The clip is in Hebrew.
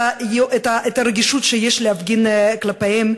את הרגישות שיש להפגין כלפיהם,